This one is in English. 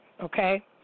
okay